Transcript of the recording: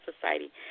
Society